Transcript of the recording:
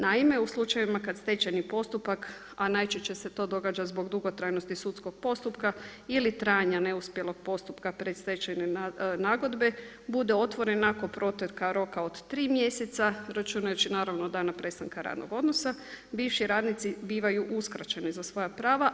Naime, u slučajevima kad stečajni postupak, a najčešće se to događa zbog dugotrajnosti sudskog postupka ili trajanja neuspjelog postupka predstečajne nagodbe bude otvoren nakon proteka roka od tri mjeseca računajući naravno od dana prestanka radnog odnosa bivši radnici bivaju uskraćeni za svoja prava.